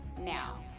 now